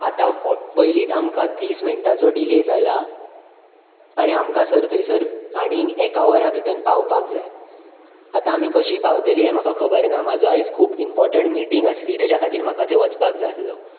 आतां हो पयलींच आमकां तीस मिनटांचो डिले जाला आनी आमकां सर थंयसर आनीक एका वरा भितर पावपाक जाय आतां आमी कशीं पावतली हें म्हाका खबरना म्हजो आयज खूब इमपोर्टण्ट मिटींग आसली म्हूण म्हाका थंय वचपाक जाय आसलो